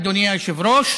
אדוני היושב-ראש,